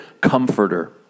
comforter